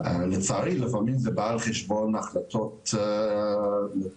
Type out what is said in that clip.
לצערי לפעמים זה בא על חשבון החלטות לתמוך